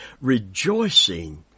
rejoicing